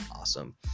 awesome